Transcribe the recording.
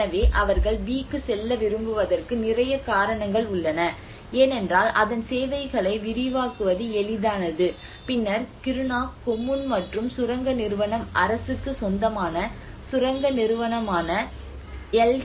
எனவே அவர்கள் பி க்கு செல்ல விரும்புவதற்கு நிறைய காரணங்கள் உள்ளன ஏனென்றால் அதன் சேவைகளை விரிவாக்குவது எளிதானது பின்னர் கிருணா கொம்முன் மற்றும் சுரங்க நிறுவனம் அரசுக்கு சொந்தமான சுரங்க நிறுவனமான எல்